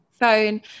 phone